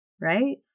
right